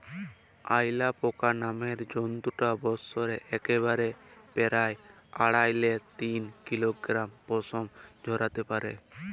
অয়ালাপাকা নামের জন্তুটা বসরে একবারে পেরায় আঢ়াই লে তিন কিলগরাম পসম ঝরাত্যে পারে